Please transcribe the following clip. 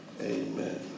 Amen